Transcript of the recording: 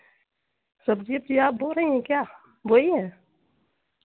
सब्ज़ी ओब्ज़ी आप बो रही हैं क्या बोई हैं